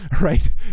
right